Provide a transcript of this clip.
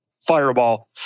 fireball